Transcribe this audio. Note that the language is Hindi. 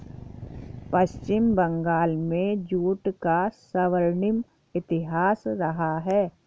पश्चिम बंगाल में जूट का स्वर्णिम इतिहास रहा है